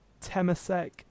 Temasek